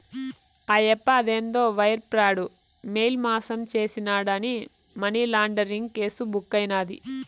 ఆయప్ప అదేందో wire fraud, mail మాసం చేసినాడాని మనీలాండరీంగ్ కేసు బుక్కైనాది